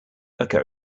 occur